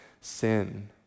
sin